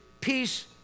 peace